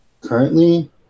Currently